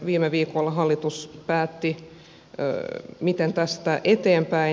viime viikolla hallitus päätti miten tästä eteenpäin